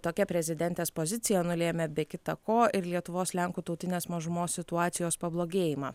tokia prezidentės pozicija nulėmė be kita ko ir lietuvos lenkų tautinės mažumos situacijos pablogėjimą